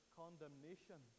condemnation